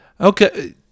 Okay